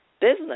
business